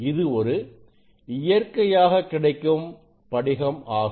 இது ஒரு இயற்கையாக கிடைக்கும் படிகம் ஆகும்